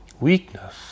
weakness